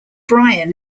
bryan